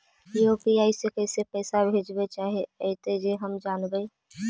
UPI से कैसे पैसा भेजबय चाहें अइतय जे हम जानबय?